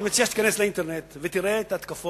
אני מציע שתיכנס לאינטרנט ותראה את ההתקפות